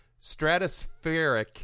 stratospheric